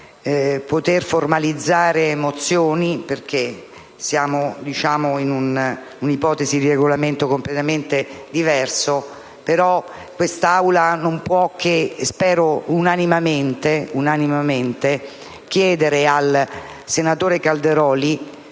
poter formalizzare mozioni di sfiducia, perché siamo in un'ipotesi di Regolamento completamente diversa, però quest'Assemblea non può che - spero unanimemente - chiedere al senatore Calderoli,